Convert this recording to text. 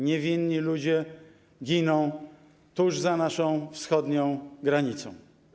Niewinni ludzie giną tuż za naszą wschodnią granicą.